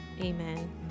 Amen